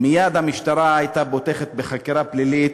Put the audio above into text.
מייד המשטרה הייתה פותחת בחקירה פלילית,